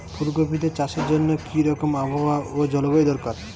ফুল কপিতে চাষের জন্য কি রকম আবহাওয়া ও জলবায়ু দরকার?